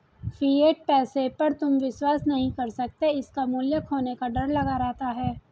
fiat पैसे पर तुम विश्वास नहीं कर सकते इसका मूल्य खोने का डर लगा रहता है